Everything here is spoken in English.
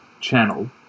channel